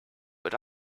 but